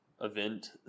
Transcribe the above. event